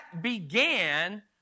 began